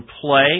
play